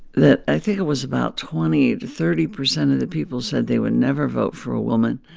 that i think it was about twenty to thirty percent of the people said they would never vote for a woman.